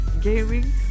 gaming